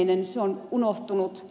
se on unohtunut